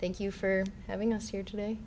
thank you for having us here today